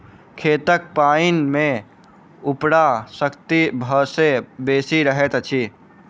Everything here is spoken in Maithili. खेतक पाइन मे उर्वरा शक्ति सभ सॅ बेसी रहैत अछि